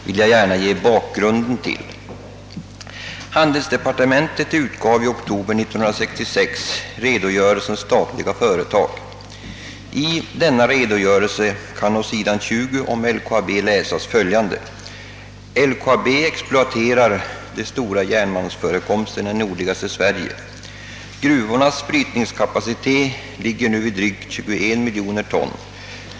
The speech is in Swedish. I oktober 1966 utgav handelsdepartementet redogörelsen Statliga företag. I denna redogörelse kan man på s. 20 läsa följande: »LKAB exploaterar de stora järnmalmsförekomsterna i nordligaste Sverige. Gruvornas brytningskapacitet ligger nu vid drygt 21 milj. ton.